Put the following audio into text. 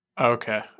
Okay